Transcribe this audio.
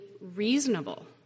reasonable